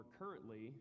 currently